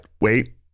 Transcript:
wait